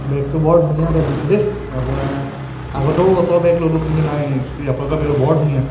বেগটো বৰ ধুনীয়া বেগ দিছে দেই আপোনাৰ আগতেও অত বেগ ল'লোঁ কিন্তু নাই আপোনালোকৰ বেগটো বৰ ধুনীয়া